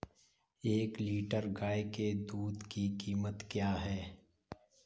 एक लीटर गाय के दूध की कीमत क्या है?